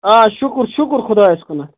آ شُکر شُکر خۄدایَس کُنتھ